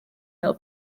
mill